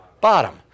bottom